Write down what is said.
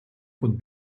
von